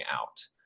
out